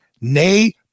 Nay